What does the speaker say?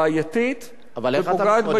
בעייתית ופוגעת,